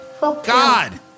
God